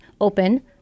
open